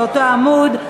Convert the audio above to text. באותו עמוד.